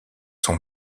son